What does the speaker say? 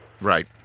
right